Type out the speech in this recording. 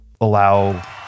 allow